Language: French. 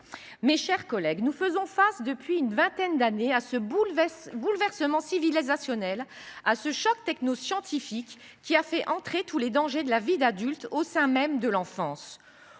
Mes chers collègues, nous faisons face, depuis une vingtaine d’années, à ce bouleversement civilisationnel, à ce choc techno scientifique qui a fait entrer tous les dangers de la vie d’adulte au sein même de l’enfance,